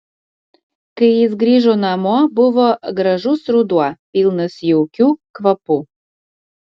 kai jis grįžo namo buvo gražus ruduo pilnas jaukių kvapų